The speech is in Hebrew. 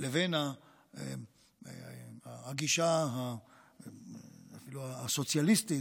לבין הגישה הסוציאליסטית